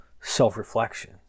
self-reflection